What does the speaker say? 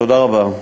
תודה רבה.